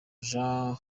jeanne